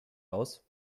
aus